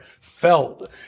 felt